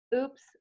oops